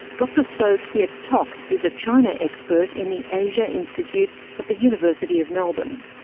dr sow keat tok is a china expert in the asia institute at the university of melbourne.